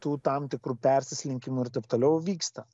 tų tam tikrų perslinkimų ir taip toliau vyksta